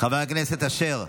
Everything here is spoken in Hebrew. חבר הכנסת אשר,